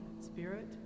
spirit